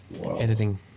Editing